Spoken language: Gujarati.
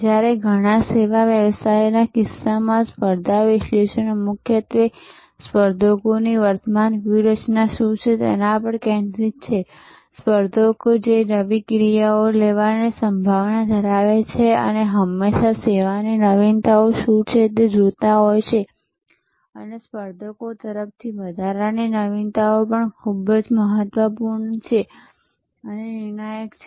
જ્યારે ઘણા સેવા વ્યવસાયોના કિસ્સામાં સ્પર્ધા વિશ્લેષણ મુખ્યત્વે સ્પર્ધકોની વર્તમાન વ્યૂહરચના શું છે તેના પર કેન્દ્રિત છે સ્પર્ધકો જે નવી ક્રિયાઓ લેવાની સંભાવના ધરાવે છે અને હંમેશા સેવાની નવીનતાઓ શું છે તે જોતા હોય છે અને સ્પર્ધકો તરફથી વધારાની નવીનતાઓ પણ ખૂબ જ મહત્વપૂર્ણ અને નિર્ણાયક છે